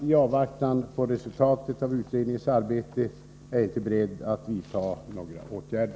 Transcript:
I avvaktan på resultatet av utredningens arbete är jag inte beredd att vidta några åtgärder.